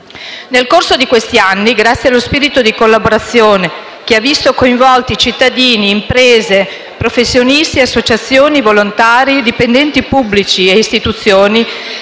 Nel corso di questi anni, grazie allo spirito di collaborazione che ha visto coinvolti cittadini, imprese, professionisti, associazioni, volontari, dipendenti pubblici e istituzioni,